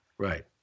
Right